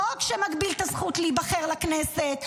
חוק שמגביל את הזכות להיבחר לכנסת,